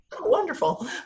wonderful